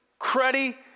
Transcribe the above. cruddy